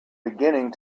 beginning